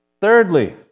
Thirdly